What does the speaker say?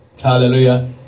Hallelujah